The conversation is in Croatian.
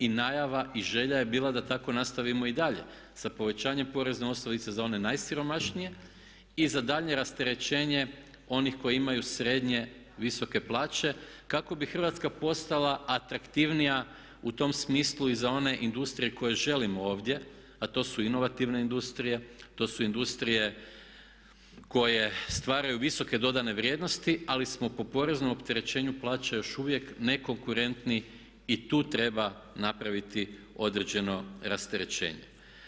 I najava i želja je bila da tako nastavimo i dalje sa povećanjem porezne osnovice za one najsiromašnije i za daljnje rasterećenje onih koji imaju srednje visoke plaće kako bi Hrvatska postala atraktivnija u tom smislu i za one industrije koje želimo ovdje a to su inovativne industrije, to su industrije koje stvaraju visoke dodane vrijednosti ali smo po poreznom opterećenju plaća još uvijek nekonkurentni i tu treba napraviti određeno rasterećenje.